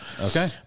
Okay